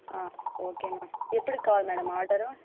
okay ma'am ఎప్పడికి కావాలి madam order